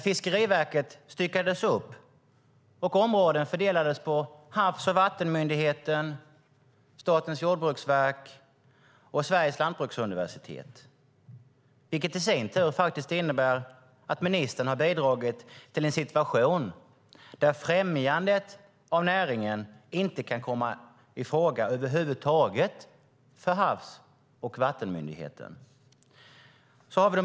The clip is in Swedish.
Fiskeriverket styckades och områdena fördelades på Havs och vattenmyndigheten, Statens jordbruksverk och Sveriges lantbruksuniversitet. Det innebär att ministern bidragit till en situation där främjandet av näringen över huvud taget inte kan komma i fråga för Havs och vattenmyndigheten.